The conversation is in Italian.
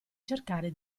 cercare